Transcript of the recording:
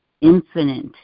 infinite